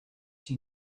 she